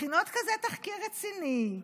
מכינות כזה תחקיר רציני,